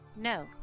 No